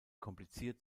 kompliziert